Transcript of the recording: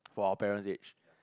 for our parent's age